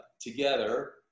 together